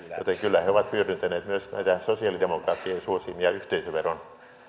joten kyllä he ovat hyödyntäneet myös näitä sosialidemokraattien suosimia yhteisöveron